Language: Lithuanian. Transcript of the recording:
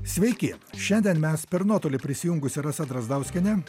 sveiki šiandien mes per nuotolį prisijungusi rasa drazdauskienė